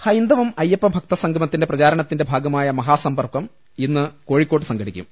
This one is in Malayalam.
ഹൈന്ദവം അയ്യപ്പ ഭക്തസംഗമത്തിന്റെ പ്രചാരണത്തിന്റെ ഭാഗ മായ മഹാസമ്പർക്കം ഇന്ന് കോഴിക്കോട്ട് സംഘടിപ്പിക്കും